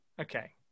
Okay